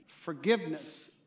Forgiveness